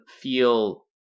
feel